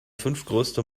fünftgrößte